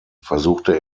versuchte